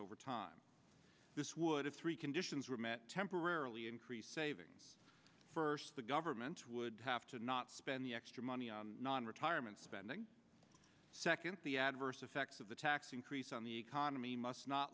over time this would have three conditions were met temporarily increased savings first the government would have to not spend the extra money non retirement spending seconds the adverse effects of the tax increase on the economy must not